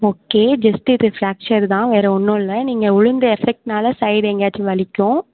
okay just இது fracture தான் வேறு ஒன்றும் இல்லை நீங்கள் விழுந்த எஃபெக்ட்னால் சைடு எங்கேயாச்சும் வலிக்கும்